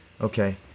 okay